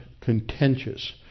contentious